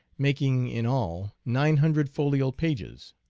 making in all nine hundred folio pages.